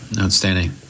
outstanding